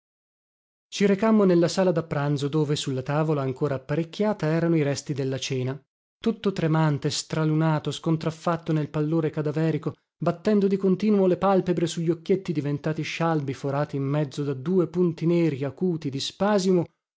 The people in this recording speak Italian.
ci recammo nella sala da pranzo dove sulla tavola ancora apparecchiata erano i resti della cena tutto tremante stralunato scontraffatto nel pallore cadaverico battendo di continuo le palpebre su gli occhietti diventati scialbi forati in mezzo da due punti neri acuti di spasimo